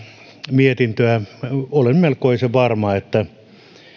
mietintöä olen melkoisen varma että